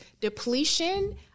depletion